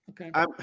Okay